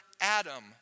Adam